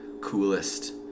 coolest